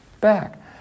back